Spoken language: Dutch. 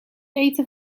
eten